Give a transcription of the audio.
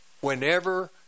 Whenever